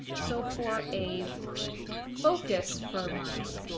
so for a focus for my